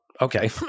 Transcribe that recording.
Okay